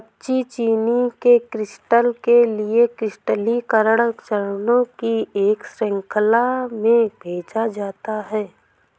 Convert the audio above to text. कच्ची चीनी के क्रिस्टल के लिए क्रिस्टलीकरण चरणों की एक श्रृंखला में भेजा जाता है